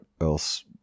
else